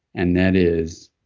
and that is,